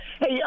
Hey